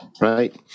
right